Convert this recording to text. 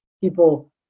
people